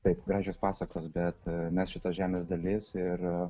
taip gražios pasakos bet mes šitos žemės dalis ir